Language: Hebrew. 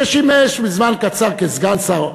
ששימש זמן קצר כסגן שר,